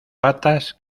patas